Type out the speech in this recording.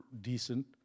decent